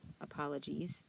apologies